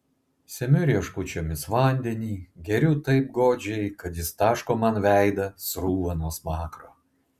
semiu rieškučiomis vandenį geriu taip godžiai kad jis taško man veidą srūva nuo smakro